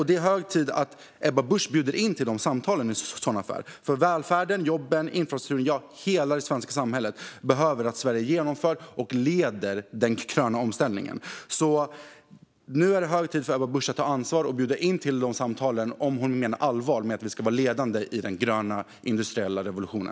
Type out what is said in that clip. Det är hög tid att Ebba Busch bjuder in till samtal i sådana fall, för välfärden, jobben, infrastrukturen, ja hela det svenska samhället är i behov av att Sverige genomför och leder den gröna omställningen. Det är hög tid att Ebba Busch tar ansvar och bjuder in till sådana samtal om hon menar allvar med att vi ska vara ledande i den gröna industriella revolutionen.